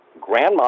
grandma